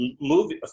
movie